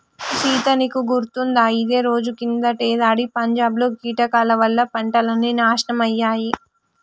సీత నీకు గుర్తుకుందా ఇదే రోజు కిందటేడాది పంజాబ్ లో కీటకాల వల్ల పంటలన్నీ నాశనమయ్యాయి